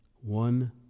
one